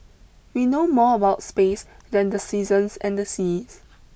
we know more about space than the seasons and seas